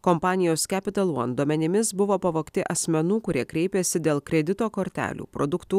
kompanijos capital one duomenimis buvo pavogti asmenų kurie kreipėsi dėl kredito kortelių produktų